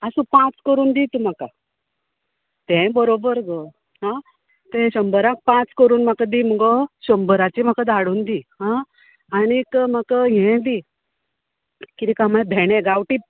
आसूं पांच करून दी तूं म्हाका तेंय बरोबर गो हां तें शंबराक पांच करून म्हाका दी मुगो शंबराची म्हाका धा हाडून दी हां आनीक म्हाका हे बी दी कितें काय म्हळ्यार भेंडे गांवटी